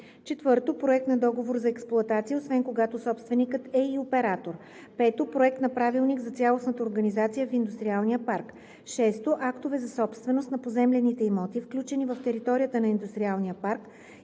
парк; 4. проект на договор за експлоатация, освен когато собственикът е и оператор; 5. проект на правилник за цялостната организация в индустриалния парк; 6. актове за собственост на поземлените имоти, включени в територията на индустриалния парк,